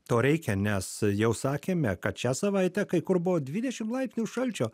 to reikia nes jau sakėme kad šią savaitę kai kur buvo dvidešim laipsnių šalčio